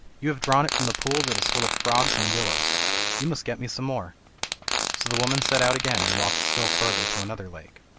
you have drawn it from the pool that is full of frogs and willows you must get me some more so the woman set out again and walked still further to another lake.